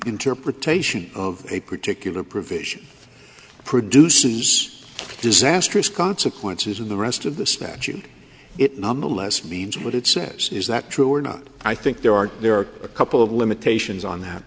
interpretation of a particular provision produces disastrous consequences in the rest of the statute it nonetheless means what it says is that true or not i think there are there are a couple of limitations on that